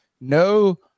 no